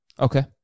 Okay